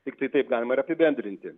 tiktai taip galima ir apibendrinti